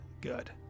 good